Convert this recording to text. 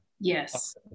Yes